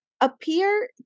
appear